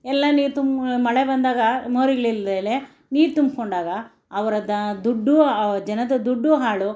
ಎಲ್ಲ ನೀರು ತುಮ್ ಮಳೆ ಬಂದಾಗ ಮೋರಿಗ್ಳಿಲ್ದೆ ನೀರು ತೊಂಬ್ಕೊಂಡಾಗ ಅವರ ದ ದುಡ್ಡು ಆ ಜನರ ದುಡ್ಡು ಹಾಳು